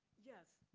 yes.